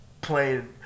playing